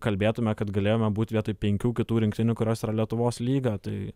kalbėtume kad galėjome būti vietoj penkių kitų rinktinių kurios yra lietuvos lyga tai